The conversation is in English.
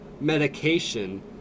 medication